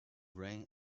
ran